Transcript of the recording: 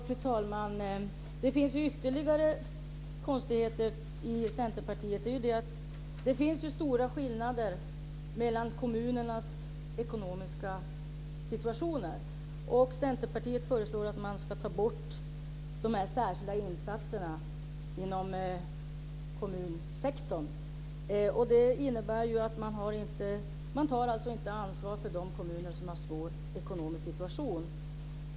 Fru talman! Det finns ytterligare konstigheter i Centerpartiets förslag. Det finns stora skillnader mellan kommunernas ekonomiska situationer. Centerpartiet föreslår att man ska ta bort de särskilda insatserna inom kommunsektorn. Det innebär att man inte tar ansvar för de kommuner som har en svår ekonomisk situation.